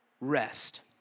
Rest